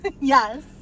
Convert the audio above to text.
Yes